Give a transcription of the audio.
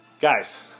Guys